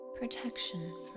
protection